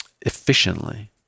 efficiently